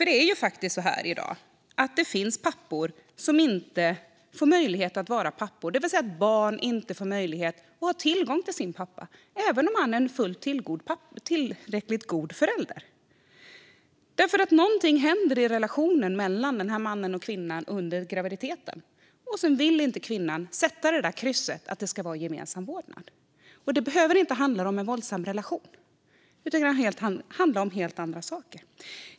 Det är faktiskt så i dag att det finns pappor som inte får möjlighet att vara pappor, det vill säga att barn inte får möjlighet att ha tillgång till sin pappa även om han är en tillräckligt god förälder. Om någonting händer i relationen mellan en man och en kvinna under graviditeten kan hon välja att inte kryssa i att det ska vara gemensam vårdnad. Det behöver inte handla om en våldsam relation, utan det kan handla om helt andra saker.